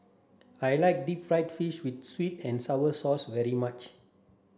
I like deep fried fish with sweet and sour sauce very much